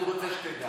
אני רוצה שתדע